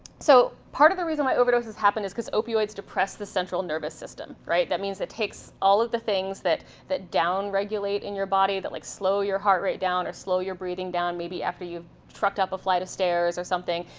so part of the reason why overdoses happen is because opioids depress the central nervous system. that means it takes all of the things that that down-regulate in your body, that like slow your heart rate down or slow your breathing down, maybe after you've trucked up a flight of stairs or something,